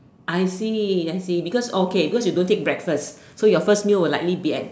I see I see because okay because you don't take breakfast so your first meal will likely be at